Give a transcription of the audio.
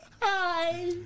Hi